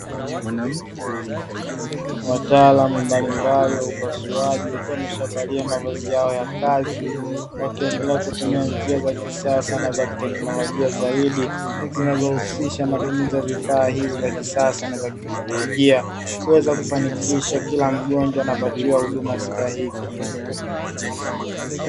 Wataalamu mbalimbali wa upasuaji wakiwa wameishavalia mavazi yao ya kazi, wakiendelea kutumia njia za kisasa na kiteknolojia zaidi, zinazohusisha matumizi ya vifaa hivi vya kisasa na vya kiteknolojia kuweza kufanikisha kila mgonjwa anapatiwa huduma stahiki.